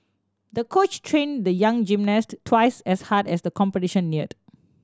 the coach trained the young gymnast twice as hard as the competition neared